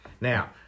Now